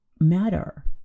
matter